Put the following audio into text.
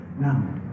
Now